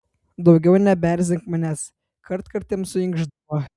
daugiau nebeerzink manęs kartkartėm suinkšdavo